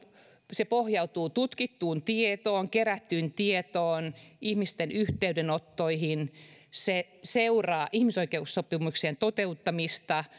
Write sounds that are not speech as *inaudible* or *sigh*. pohjautuu tutkittuun tietoon kerättyyn tietoon ihmisten yhteydenottoihin se seuraa ihmisoikeussopimuksien toteuttamista *unintelligible*